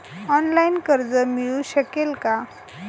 Online कर्ज मिळू शकेल का?